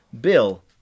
Bill